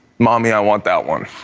mommy, i want that one